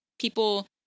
People